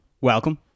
welcome